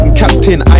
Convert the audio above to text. captain